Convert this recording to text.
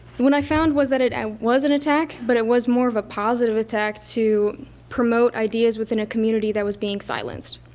what i found was that it was an attack, but it was more of a positive attack to promote ideas within a community that was being silenced.